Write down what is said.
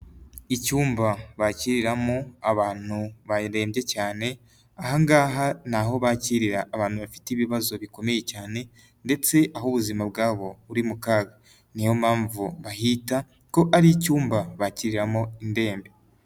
Icyumba bakiriramo abantu barembye cyane, aha ngaha ni aho bakirira abantu bafite ibibazo bikomeye cyane ndetse aho ubuzima bwabo buri mu kaga. Niyo mpamvu bahita ko ari icyumba bakiriramo indembe.